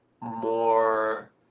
more